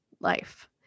life